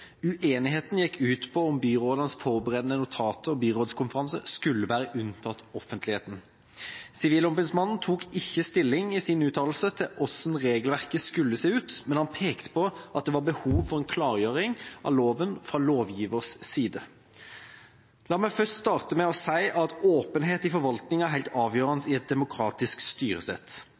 Uenigheten gikk ut på om byrådenes forberedende notater og byrådskonferanser skulle være unntatt offentligheten. Sivilombudsmannen tok i sin uttalelse ikke stilling til hvordan regelverket skulle se ut, men han pekte på at det var behov for en klargjøring av loven fra lovgivers side. La meg først starte med å si at åpenhet i forvaltninga er helt avgjørende i et demokratisk styresett.